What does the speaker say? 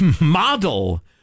model